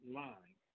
line